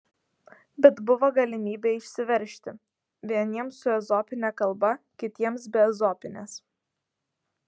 bet buvo galimybė išsiveržti vieniems su ezopine kalba kitiems be ezopinės